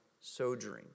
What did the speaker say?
sojourn